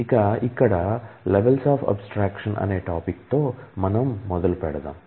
ఇక ఇక్కడ levels of abstraction అనే టాపిక్ తో మనం మొదలెడదాం